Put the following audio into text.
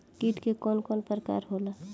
कीट के कवन कवन प्रकार होला?